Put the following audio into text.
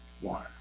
one